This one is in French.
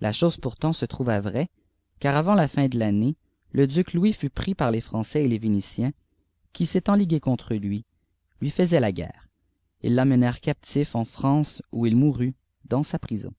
la chose poyrlant se trouva vraie car avant la fin de l'année le âuc lpuïs fut pris par les français et lès'vénjitiens qui s'étànt îivës coïrtre luij lui faisaient la guerre ils l'amenèrent captif en n ànèe où il mourut dans sa prison